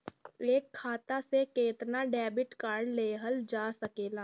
एक खाता से केतना डेबिट कार्ड लेहल जा सकेला?